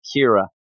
Kira